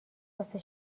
واسه